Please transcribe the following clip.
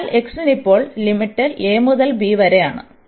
അതിനാൽ x ന് ഇപ്പോൾ ലിമിറ്റ് a മുതൽ b വരെയാണ്